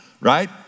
right